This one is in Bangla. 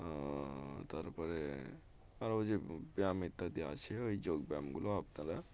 তারপরে আরও ওই যে ব্যায়াম ইত্যাদি আছে ওই যোগব্যায়ামগুলো আপনারা